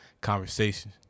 conversation